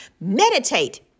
Meditate